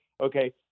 okay